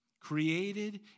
created